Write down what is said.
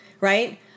right